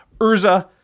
Urza